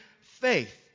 faith